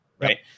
right